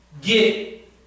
get